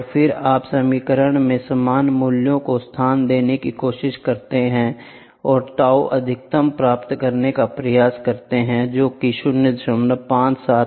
और फिर आप समीकरण में समान मूल्यों को स्थान देने की कोशिश कर सकते हैं और ताऊ अधिकतम प्राप्त करने का प्रयास कर सकते हैं जोकि 0578 एमपी है